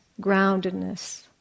groundedness